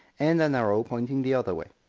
and an arrow pointing the other way.